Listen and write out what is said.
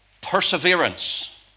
perseverance